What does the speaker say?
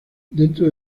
dentro